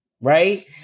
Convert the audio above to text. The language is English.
Right